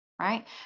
Right